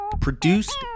produced